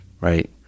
right